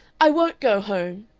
i won't go home,